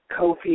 Kofi